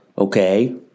Okay